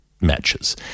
matches